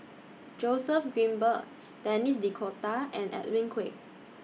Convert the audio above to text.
Joseph Grimberg Denis D'Cotta and Edwin Koek